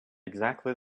exactly